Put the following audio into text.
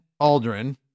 Aldrin